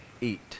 eat